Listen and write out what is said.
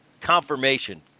confirmation